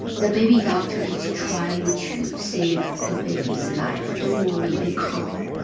the baby doctor is trying to save your baby's life. don't worry. be calm